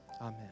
Amen